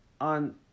on